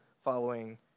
following